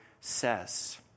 says